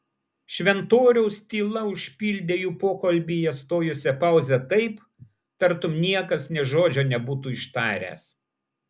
šventoriaus tyla užpildė jų pokalbyje stojusią pauzę taip tartum niekas nė žodžio nebūtų ištaręs